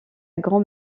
grand